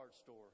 store